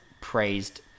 praised